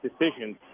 decisions